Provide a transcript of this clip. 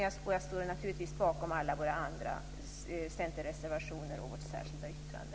Jag står naturligtvis också bakom alla andra centerreservationer och vårt särskilda yttrande.